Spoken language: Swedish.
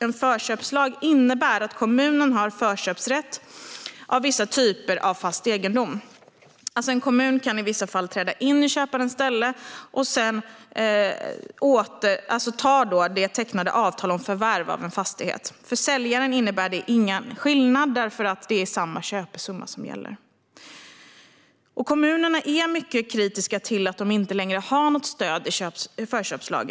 En förköpslag innebär att kommunen har förköpsrätt för vissa typer av fast egendom. En kommun kan i vissa fall träda in i köparens ställe och ta det tecknade avtalet om förvärv av en fastighet. För säljaren innebär det ingen skillnad, eftersom det är samma köpesumma som gäller. Kommunerna är mycket kritiska till att de inte längre har något stöd i en förköpslag.